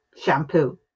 Shampoo